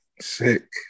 sick